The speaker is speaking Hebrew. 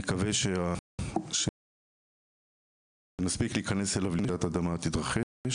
נקווה שנספיק להיכנס אליו לפני שרעידת אדמה תתרחש.